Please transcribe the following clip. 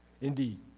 Indeed